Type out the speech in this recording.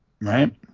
right